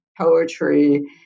poetry